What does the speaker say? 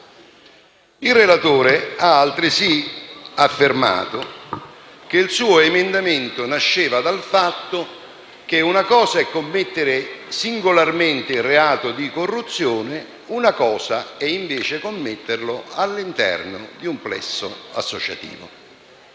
Il relatore ha altresì affermato che il suo emendamento nasceva dalla constatazione che una cosa è commettere singolarmente il reato di corruzione e una cosa è, invece, commetterlo all'interno di un plesso associativo.